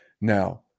Now